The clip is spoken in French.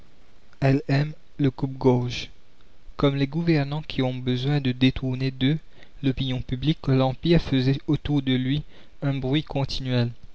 comme les gouvernants qui ont besoin de détourner d'eux l'opinion publique l'empire faisait autour de lui un bruit continuel